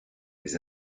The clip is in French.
les